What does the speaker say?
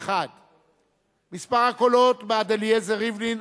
1. מספר הקולות בעד אליעזר ריבלין,